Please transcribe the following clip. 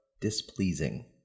displeasing